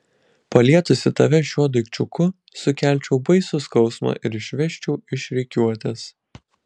palietusi tave šiuo daikčiuku sukelčiau baisų skausmą ir išvesčiau iš rikiuotės